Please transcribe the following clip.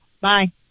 Bye